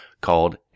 called